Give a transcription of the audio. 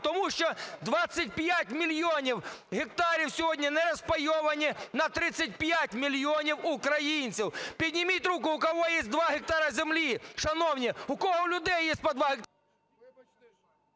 Тому що 25 мільйонів гектарів сьогодні не розпайовані на 35 мільйонів українців. Підніміть руку, в кого є 2 гектара землі, шановні, у кого з людей є по 2… ГОЛОВУЮЧИЙ.